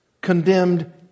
condemned